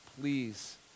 please